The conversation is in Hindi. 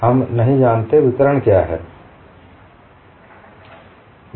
हम नहीं जानते वितरण क्या है